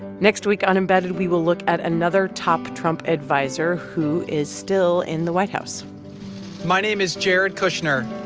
next week on embedded, we will look at another top trump adviser who is still in the white house my name is jared kushner.